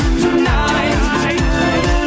tonight